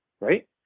Right